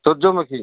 ସୂର୍ଯ୍ୟମୂଖୀ